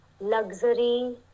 luxury